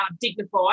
dignified